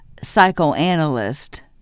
psychoanalyst